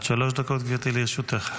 לרשותך.